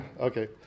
Okay